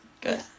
Good